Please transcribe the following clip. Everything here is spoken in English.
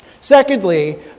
Secondly